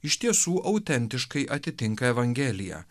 iš tiesų autentiškai atitinka evangeliją